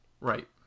Right